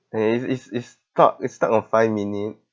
then is is is stuck is stuck on five minute